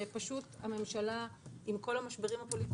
שני מיליארד,